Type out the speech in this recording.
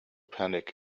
panic